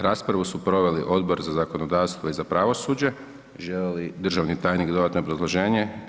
Raspravu su proveli Odbor za zakonodavstvo i za pravosuđe, želi li državni tajnik dodatno obrazloženje?